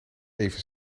even